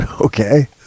okay